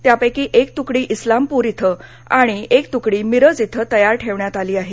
त्यापैकी एक तुकडी इस्लामपूर आणि एक तुकडी मिरज इथं तयार ठेवण्यात आली आहे